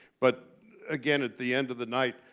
but again, at the end of the night,